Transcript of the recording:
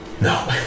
No